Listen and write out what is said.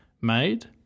made